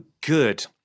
good